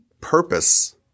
purpose